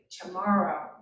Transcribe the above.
tomorrow